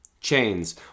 Chains